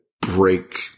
break